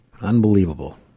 Unbelievable